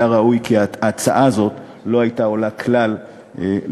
והיה ראוי כי ההצעה הזאת לא הייתה עולה כלל היום.